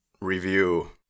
review